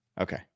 Okay